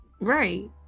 Right